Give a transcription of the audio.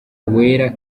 wera